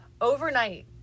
overnight